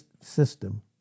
system